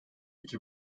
iki